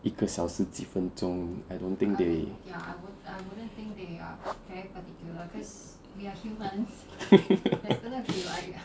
it can be like 一个小时几分钟 I don't think they are